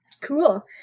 Cool